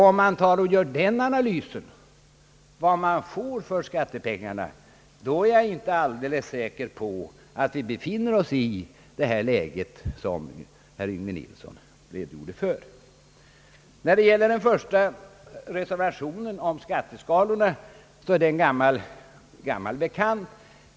Gör man en analys av vad man får för skattepengarna, är jag inte alldeles säker på att man upptäcker att vi befinner oss i det läge som herr Yngve Nilsson redogjorde för. skalorna är en gammal bekant.